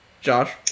Josh